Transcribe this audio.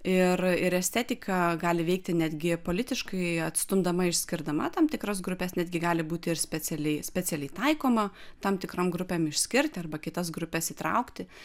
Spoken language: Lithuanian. ir ir estetika gali veikti netgi politiškai atstumdama išskirdama tam tikras grupes netgi gali būti ir specialiai specialiai taikoma tam tikrom grupėm išskirti arba kitas grupes įtraukti